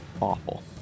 Awful